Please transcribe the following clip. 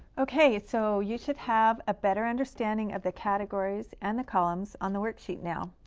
okay. so you should have a better understanding of the categories and the columns on the worksheet now.